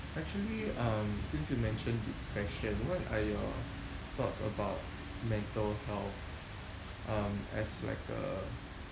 actually um since you mentioned depression what are your thoughts about mental health um as like a